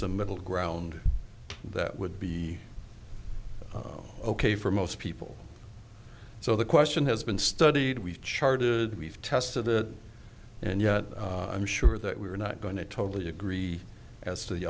some middle ground that would be ok for most people so the question has been studied we've charted we've tested it and yet i'm sure that we're not going to totally agree as to the